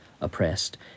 oppressed